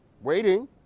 Waiting